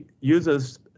users